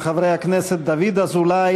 1566 ו-1584 של חברי הכנסת דוד אזולאי,